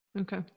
okay